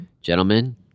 Gentlemen